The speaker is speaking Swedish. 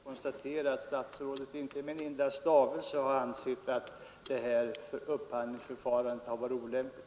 Herr talman! Jag kan bara konstatera att statsrådet inte med en enda stavelse har ansett att detta upphandlingsförfarande har varit olämpligt.